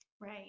Right